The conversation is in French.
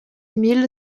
mille